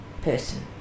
person